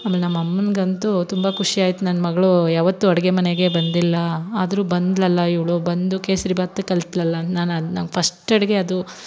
ಆಮೇಲೆ ನಮ್ಮಅಮ್ಮನ್ಗಂತೂ ತುಂಬ ಖುಷಿಯಾಯ್ತು ನನ್ನ ಮಗಳು ಯಾವತ್ತೂ ಅಡಿಗೆ ಮನೆಗೆ ಬಂದಿಲ್ಲ ಆದರು ಬಂದ್ಲಲ್ಲ ಇವಳು ಬಂದು ಕೇಸ್ರಿಭಾತ್ ಕಲ್ತಲ್ಲ ನಾನು ಅದು ನನ್ನ ಫಸ್ಟ್ ಅಡಿಗೆ ಅದು